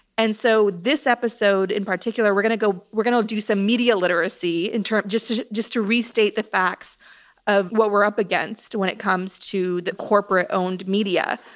and so this episode in particular, we're going to go, we're going to do some media literacy in term just to just to restate the facts of what we're up against when it comes to the corporate owned media,